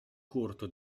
corto